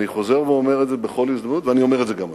אני חוזר ואומר את זה בכל הזדמנות ואני אומר את זה גם היום.